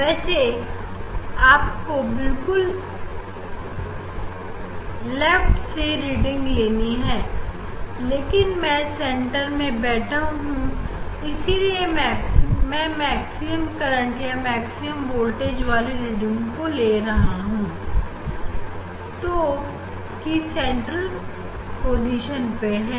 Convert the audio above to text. वैसे आपको बिल्कुल लैब से रीडिंग लेनी है लेकिन मैं सेंटर में बैठा हुआ हूं इसीलिए मैं मैक्सिमम करंट या मैक्सिमम वोल्टेज वाली रीडिंग को ले रहा हूं जो कि सेंट्रल पोजीशन भी है